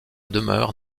demeure